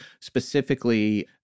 specifically